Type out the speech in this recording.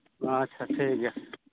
ᱟᱪᱪᱷᱟ ᱴᱷᱤᱠᱜᱮᱭᱟ